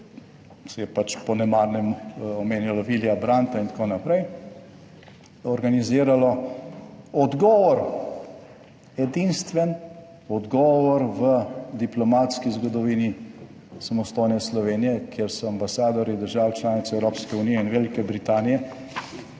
se je pač po nemarnem omenjalo Willija Brandta in tako naprej, organiziralo odgovor, edinstven odgovor v diplomatski zgodovini samostojne Slovenije, kjer so ambasadorji držav članic Evropske unije in Velike Britanije